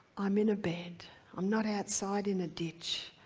i'm in a bed, i'm not outside in a ditch.